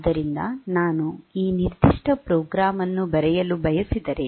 ಆದ್ದರಿಂದ ನಾನು ಈ ನಿರ್ದಿಷ್ಟ ಪ್ರೋಗ್ರಾಂ ಅನ್ನು ಬರೆಯಲು ಬಯಸಿದರೆ